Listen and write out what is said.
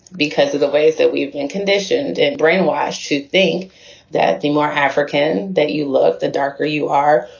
because of the ways that we've been conditioned and brainwashed to think that the more african that you look, the darker you are,